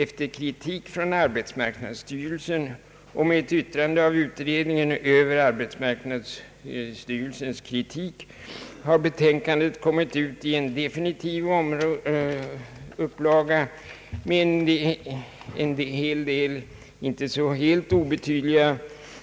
Efter kritik från arbetsmarknadsstyrelsen och ett yttrande av utredningen över denna kritik har betänkandet kommit ut i en definitiv upplaga med en hel del inte obetydliga